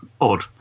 odd